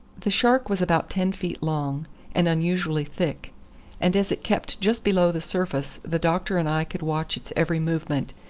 the shark was about ten feet long and unusually thick and as it kept just below the surface the doctor and i could watch its every movement,